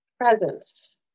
Presence